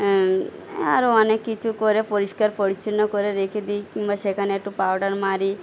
আরও অনেক কিছু করে পরিষ্কার পরিচ্ছন্ন করে রেখে দিই কিংবা সেখানে একটু পাউডার মারি